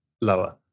Lower